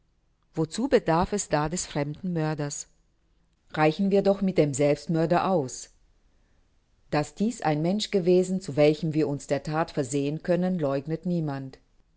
wozu bedarf es da des fremden mörders reichen wir doch mit dem selbstmörder aus daß dieses ein mensch gewesen zu welchem wir uns der that versehen können leugnet niemand